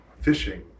fishing